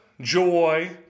joy